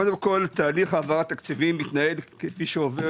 קודם כל תהליך העברת תקציבים מתנהל כפי שעובד